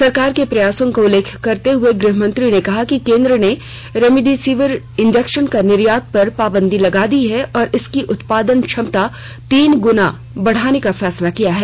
सरकार के प्रयासों का उल्लेख करते हुए गृहमंत्री ने कहा कि केन्द्र ने रेमडेसिविर इंर्जेक्शन के निर्यात पर पाबंदी लगा दी है और इसकी उत्पादन क्षमता तीन गुना बढ़ाने का फैसला किया है